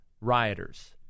rioters